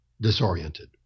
disoriented